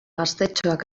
gaztetxoak